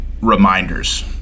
reminders